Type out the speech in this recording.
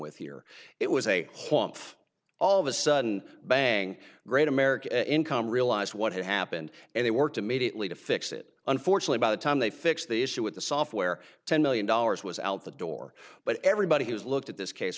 with here it was a haunt all of a sudden bang great american income realized what had happened and they worked immediately to fix it unfortunately by the time they fixed the issue with the software ten million dollars was out the door but everybody has looked at this case